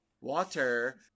Water